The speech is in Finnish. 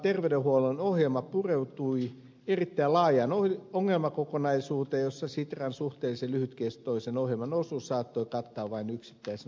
terveydenhuollon ohjelma pureutui erittäin laajaan ongelmakokonaisuuteen josta sitran suhteellisen lyhytkestoisen ohjelman osuus saattoi kattaa vain yksittäisen osa alueen